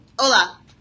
Hola